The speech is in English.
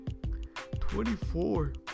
24